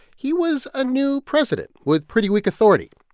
he was a new president with pretty weak authority.